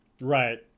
Right